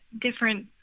different